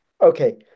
Okay